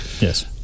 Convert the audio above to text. Yes